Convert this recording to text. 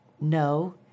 No